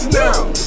now